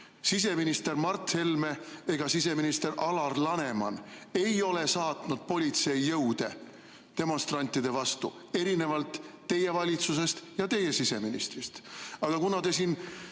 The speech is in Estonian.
Siseminister Mart Helme ega siseminister Alar Laneman ei ole saatnud politseijõude demonstrantide vastu, erinevalt teie valitsusest ja teie siseministrist. Aga kuna te kogu